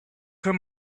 him